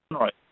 right